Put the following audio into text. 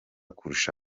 kurusha